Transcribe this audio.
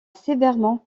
sévèrement